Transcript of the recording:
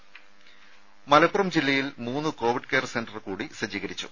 രേര മലപ്പുറം ജില്ലയിൽ മൂന്ന് കോവിഡ് കെയർ സെന്റർകൂടി സജ്ജീകരിച്ചു